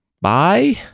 Bye